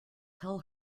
tell